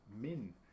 Min